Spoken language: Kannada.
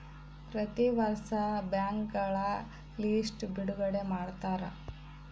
ಪ್ರತಿ ವರ್ಷ ಬ್ಯಾಂಕ್ಗಳ ಲಿಸ್ಟ್ ಬಿಡುಗಡೆ ಮಾಡ್ತಾರ